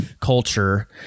culture